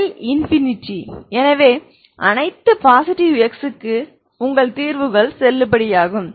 L infinity எனவே அனைத்து positive x க்கு உங்கள் தீர்வுகள் செல்லுபடியாகும்